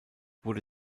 wurde